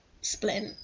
splint